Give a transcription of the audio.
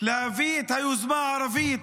להביא את היוזמה הערבית,